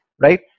Right